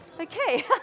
okay